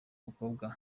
mukobwa